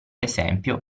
esempio